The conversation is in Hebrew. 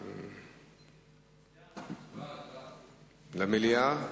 ההצעה לכלול את הנושא בסדר-היום של הכנסת נתקבלה.